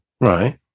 Right